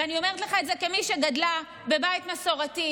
ואני אומרת לך את זה כמי שגדלה בבית מסורתי,